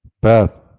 Beth